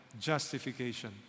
justification